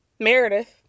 Meredith